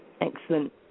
Excellent